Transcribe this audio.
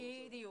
בדיוק.